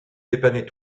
dépanner